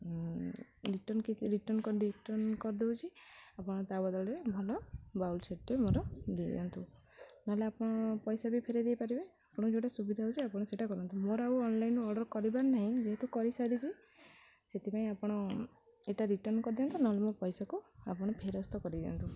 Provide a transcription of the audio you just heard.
return କିଛି return କରି return କରିଦେଉଛି ଆପଣ ତା'ବଦଳରେ ଭଲ ବୱଲ୍ ସେଟ୍ଟେ ମୋର ଦେଇଦିଅନ୍ତୁ ନହେଲେ ଆପଣ ପଇସା ବି ଫେରେଇ ଦେଇପାରିବେ ଆପଣ ଯୋଉଟା ସୁବିଧା ହେଉଛି ଆପଣ ସେଇଟା କରନ୍ତୁ ମୋର ଆଉ ଅନ୍ଲାଇନ୍ ଅର୍ଡ଼ର୍ କରିବାର ନାହିଁ ଯେହେତୁ କରିସାରିଛି ସେଥିପାଇଁ ଆପଣ ଏଇଟା ରିଟର୍ଣ୍ଣ କରିଦିଅନ୍ତୁ ନହେଲେ ମୋ ପଇସାକୁ ଆପଣ ଫେରସ୍ତ କରିଦିଅନ୍ତୁ